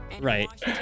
right